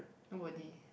nobody